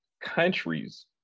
countries